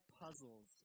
puzzles